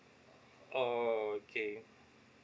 okay